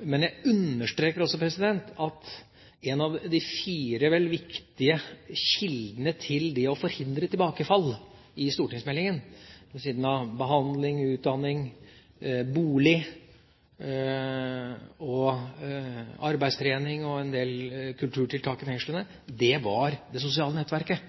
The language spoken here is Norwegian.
Jeg understreker også at en av de fire viktige kildene til det å forhindre tilbakefall som er nevnt i stortingsmeldingen, ved siden av behandling, utdanning, bolig, arbeidstrening og en del kulturtiltak i fengslene, er det sosiale nettverket.